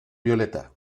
violeta